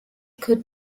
could